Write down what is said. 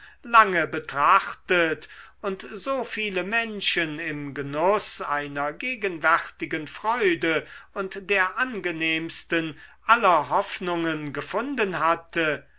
lange betrachtet und so viele menschen im genuß einer gegenwärtigen freude und der angenehmsten aller hoffnungen gefunden hatte